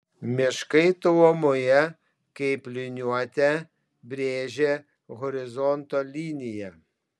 miškai tolumoje kaip liniuote brėžia horizonto liniją